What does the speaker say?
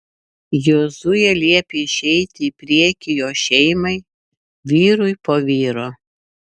jozuė liepė išeiti į priekį jo šeimai vyrui po vyro